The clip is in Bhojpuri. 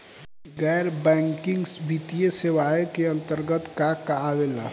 गैर बैंकिंग वित्तीय सेवाए के अन्तरगत का का आवेला?